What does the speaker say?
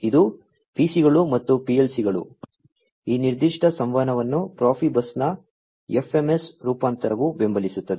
ಇದು PC ಗಳು ಮತ್ತು PLC ಗಳು ಈ ನಿರ್ದಿಷ್ಟ ಸಂವಹನವನ್ನು Profibus ನ FMS ರೂಪಾಂತರವು ಬೆಂಬಲಿಸುತ್ತದೆ